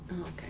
okay